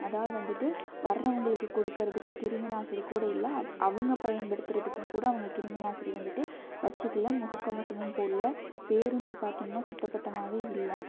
அதாவது வந்துட்டு வர்றவங்களுக்கு கொடுக்குறதுக்கு கிருமிநாசினி கூட இல்லை அவங்க பயன்படுத்துறதுக்கும் கூட அவங்க கிருமிநாசினி வந்துட்டு வச்சிக்கலை முகக்கவசமும் போட்ல பேருந்து பார்த்திங்ன்னா சுத்த பத்தமாகவே இல்லை